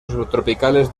subtropicales